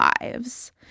lives